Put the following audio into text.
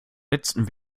letztem